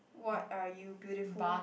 what are you beautiful